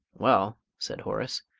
well, said horace,